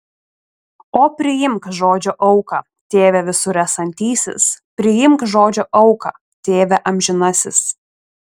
o priimk žodžio auką tėve visur esantysis priimk žodžio auką tėve amžinasis